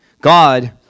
God